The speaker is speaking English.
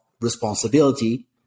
responsibility